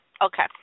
Okay